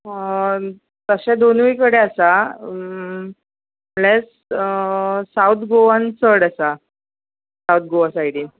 तशें दोनूय कडे आसा प्लेस सावथ गोवान चड आसा सावथ गोवा सायडीन